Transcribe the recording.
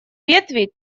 ветви